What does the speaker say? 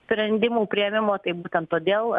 sprendimų priėmimo tai būtent todėl